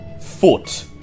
foot